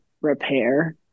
repair